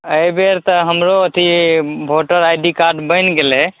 अइ बेर तऽ हमरो अथी वोटर आइ डी कार्ड बनि गेलय